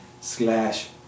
slash